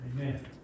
Amen